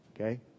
Okay